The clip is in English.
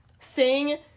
Sing